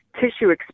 tissue